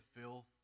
filth